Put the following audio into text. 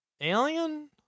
alien